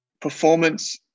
performance